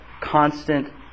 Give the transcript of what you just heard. constant